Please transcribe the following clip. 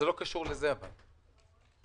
מה